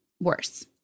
worse